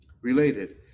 Related